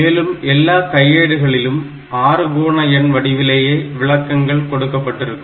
மேலும் எல்லா கையேடுகளிலும் ஆறுகோண எண் வடிவிலேயே விளக்கங்கள் கொடுக்கப்பட்டிருக்கும்